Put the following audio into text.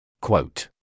Quote